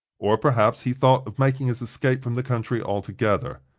or perhaps he thought of making his escape from the country altogether.